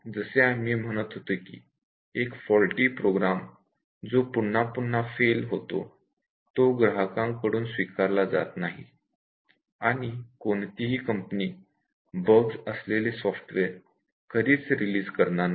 जसे आम्ही म्हणत होतो की एक फॉल्टी प्रोग्राम जो पुन्हा पुन्हा फेल होतो तो ग्राहकांकडून स्वीकारला जात नाही आणि कोणतीही कंपनी बग्स असलेले सॉफ्टवेअर कधीच रिलीज करणार नाही